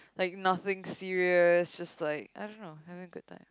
like nothing serious just like I don't know having a good time